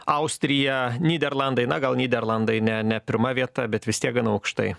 austrija nyderlandai na gal nyderlandai ne ne pirma vieta bet vis tiek gana aukštai